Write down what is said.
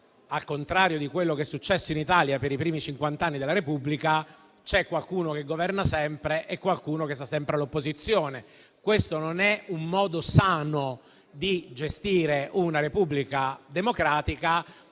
al contrario di quello che è successo in Italia per i primi cinquant'anni della Repubblica, c'è qualcuno che governa sempre e qualcuno che sta sempre all'opposizione, e ciò perché questo non è un modo sano di gestire una Repubblica democratica: